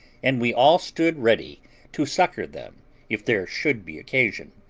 and we all stood ready to succour them if there should be occasion.